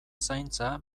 zaintza